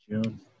June